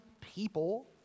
people